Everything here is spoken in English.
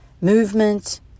Movement